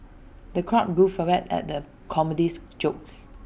the crowd guffawed at the comedian's jokes